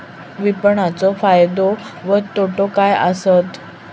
विपणाचो फायदो व तोटो काय आसत?